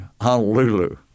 Honolulu